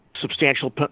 substantial